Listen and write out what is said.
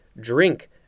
drink